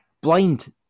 Blind